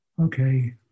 Okay